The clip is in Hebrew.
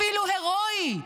אפילו הירואי,